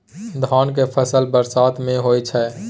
धान के फसल बरसात में होय छै?